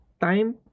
time